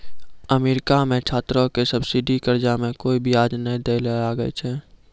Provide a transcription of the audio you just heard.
America मे छात्रो के सब्सिडी कर्जा मे कोय बियाज नै दै ले लागै छै